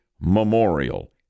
memorial